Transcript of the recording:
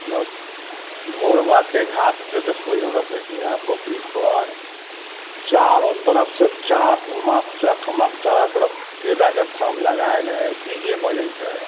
मतलब भोरबाके घाट जे देखबै हमरासभके यहाँ पोखरीपर चारो तरफसँ चकमक चकमक चारो तरफ केराके थम्ह लगाएल हइ डी जे बजैत हइ